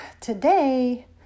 today